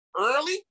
early